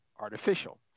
artificial